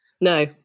No